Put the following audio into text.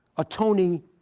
a tony,